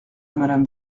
madame